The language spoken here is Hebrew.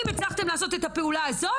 אם הצלחתם לעשות את הפעולה הזאת,